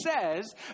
says